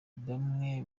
bamwe